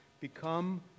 Become